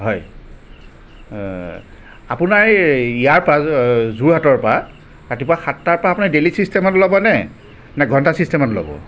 হয় আপোনাৰ এই ইয়াৰপৰা যোৰহাটৰপৰা ৰাতিপুৱা সাতটাৰপৰা আপুনি ডেইলি ছিষ্টেমত ল'বনে নে ঘণ্টা ছিষ্টেমত ল'ব